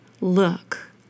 look